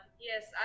yes